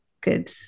Good